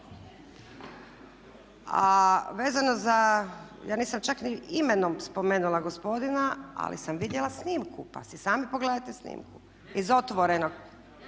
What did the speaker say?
A vezano za, ja nisam čak ni imenom spomenula gospodina, ali sam vidjela snimku, pa si sami pogledajte snimku iz "Otvorenog".